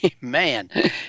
man